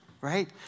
right